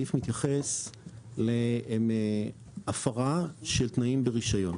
הסעיף מתייחס להפרה של תנאים ברישיון.